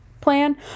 plan